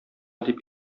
дип